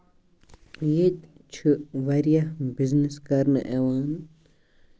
ییٚتہِ چھُ واریاہ بِزنٮ۪س کرنہٕ یِوان